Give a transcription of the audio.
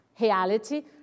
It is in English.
reality